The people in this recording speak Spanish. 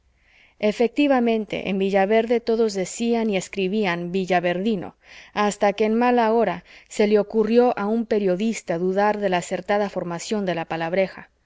efectivamente en villaverde todos decían y escribían villaverdino hasta que en mala hora se le ocurrió a un periodista dudar de la acertada formación de la palabreja